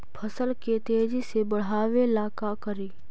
फसल के तेजी से बढ़ाबे ला का करि?